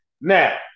Now